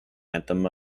anthem